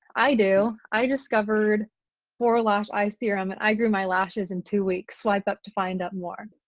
i do. i discovered forlash eye serum and i grew my lashes in two weeks. swipe up to find out more.